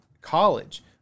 college